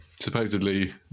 Supposedly